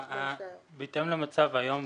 בהתאם למצב היום,